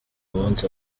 munsi